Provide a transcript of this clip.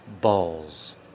balls